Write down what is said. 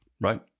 Right